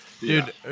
Dude